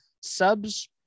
Subs